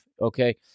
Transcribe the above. okay